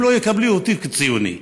הם לא יקבלו אותי כציוני.